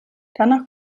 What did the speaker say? danach